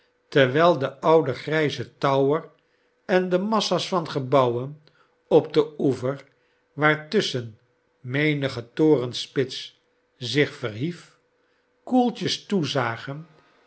terwijl de oude grijze tower en de massa's van gebouwen op den oever waartusschen menige torenspits zich verhief koeltjes toezagen